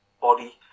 body